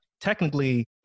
technically